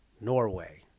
norway